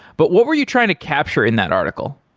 but what were you trying to capture in that article?